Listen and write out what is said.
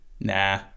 Nah